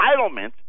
entitlement